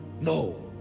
No